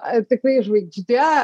ar tikrai žvaigžde